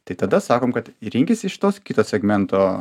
tai tada sakom kad rinkis iš tos kito segmento